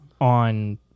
on